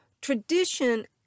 tradition